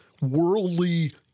worldly